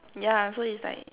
yeah so is like